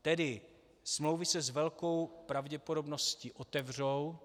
Tedy smlouvy se s velkou pravděpodobností otevřou.